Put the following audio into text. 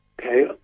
okay